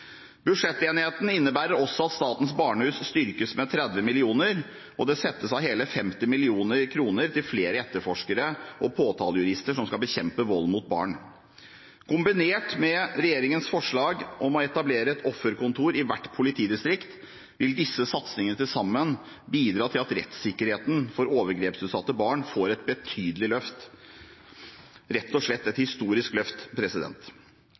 Budsjettenigheten innebærer også at Statens barnehus styrkes med 30 mill. kr, og det settes av hele 50 mill. kr til flere etterforskere og påtalejurister som skal bekjempe vold mot barn. Kombinert med regjeringens forslag om å etablere et offerkontor i hvert politidistrikt vil disse satsingene til sammen bidra til at rettssikkerheten for overgrepsutsatte barn får et betydelig løft, rett og slett et historisk løft.